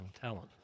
talent